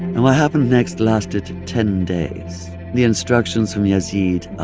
and what happened next lasted ten days. the instructions from yazid are